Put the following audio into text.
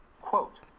Quote